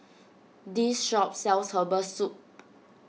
this shop sells Herbal Soup